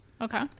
Okay